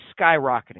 skyrocketing